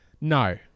No